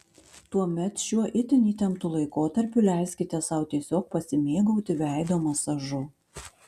tuomet šiuo itin įtemptu laikotarpiu leiskite sau tiesiog pasimėgauti veido masažu